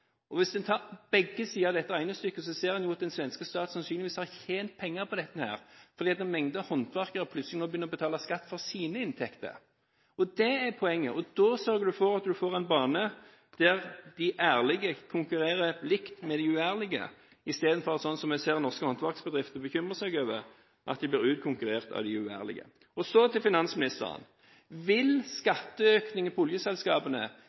inntekter. Hvis en tar begge sider av dette regnestykket, ser en at den svenske stat sannsynligvis har tjent penger på dette, fordi en mengde håndverkere nå begynner å betale skatt for sine inntekter. Og det er poenget, da sørger en for at en får en bane der de ærlige konkurrerer på like fot med de uærlige, istedenfor – sånn som vi ser norske håndverksbedrifter bekymrer seg over – at de blir utkonkurrert av de uærlige. Så til finansministeren: Vil skatteøkningen for oljeselskapene